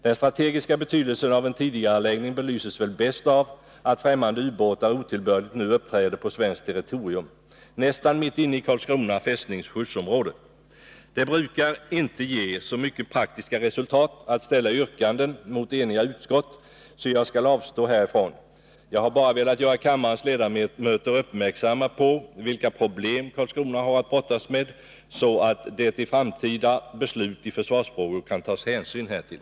Den strategiska betydelsen av en tidigareläggning belyses väl bäst av att främmande ubåtar otillbörligt uppträder på svenskt territorium, nästan mitt inne i Karlskrona fästnings skyddsområde. Det brukar inte ge så mycket praktiska resultat att ställa yrkanden mot ett enigt utskott, så jag skall avstå härifrån. Jag har bara velat göra kammarens ledamöter uppmärksamma på vilka problem Karlskrona har att brottas med, så att det vid framtida beslut i försvarsfrågor kan tas hänsyn härtill.